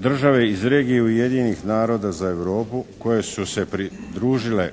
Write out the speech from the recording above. države iz regije Ujedinjenih naroda za Europu koje su se pridružile